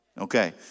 Okay